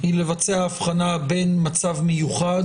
לבצע הבחנה בין מצב מיוחד,